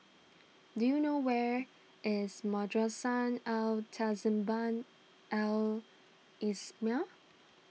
do you know where is Madrasah Al Tahzibiah Al Islamiah